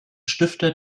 stifter